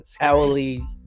hourly